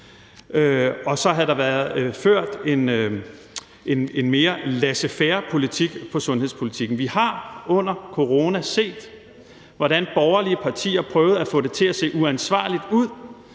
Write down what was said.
og så havde der været ført mere laissez faire-politik på sundhedsområdet. Vi har under corona set, hvordan borgerlige partier prøvede at få det til at se uansvarligt ud,